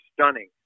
stunning